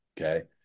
okay